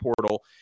portal